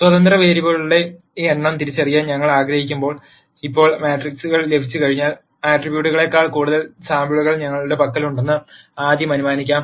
സ്വതന്ത്ര വേരിയബിളുകളുടെ എണ്ണം തിരിച്ചറിയാൻ ഞങ്ങൾ ആഗ്രഹിക്കുമ്പോൾ ഇപ്പോൾ മാട്രിക്സ് ലഭിച്ചുകഴിഞ്ഞാൽ ആട്രിബ്യൂട്ടുകളേക്കാൾ കൂടുതൽ സാമ്പിളുകൾ ഞങ്ങളുടെ പക്കലുണ്ടെന്ന് ആദ്യം അനുമാനിക്കാം